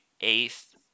eighth